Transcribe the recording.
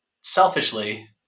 selfishly